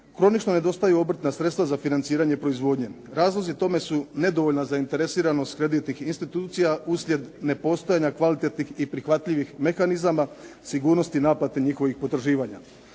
kronično nedostaju obrtna sredstva za financiranje proizvodnje. Razlozi tome su nedovoljna zainteresiranost kreditnih institucija uslijed nepostojanja kvalitetnih i prihvatljivih mehanizama sigurnosti naplate njihovih potraživanja.